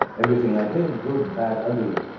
everything i did good, bad, ugly